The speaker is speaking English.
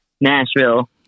Nashville